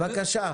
בבקשה.